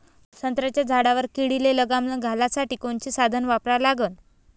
संत्र्याच्या झाडावर किडीले लगाम घालासाठी कोनचे साधनं वापरा लागन?